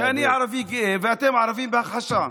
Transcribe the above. שאני ערבי גאה ואתם ערבים בהכחשה.